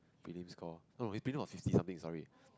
prelims score no his prelims was fifty something sorry